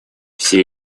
все